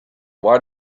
why